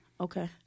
Okay